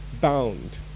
bound